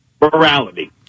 morality